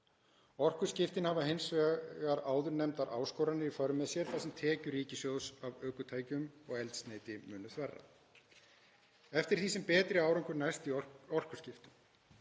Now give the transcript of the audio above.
Orkuskiptin hafa hins vegar áðurnefndar áskoranir í för með sér þar sem tekjur ríkissjóðs af ökutækjum og eldsneyti munu þverra eftir því sem betri árangur næst í orkuskiptum.